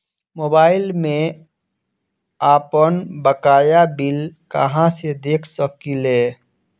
Mobile में आपनबकाया bill कहाँसे देख सकिले?